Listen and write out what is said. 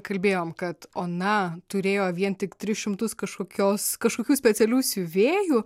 kalbėjom kad ona turėjo vien tik tris šimtus kažkokios kažkokių specialių siuvėjų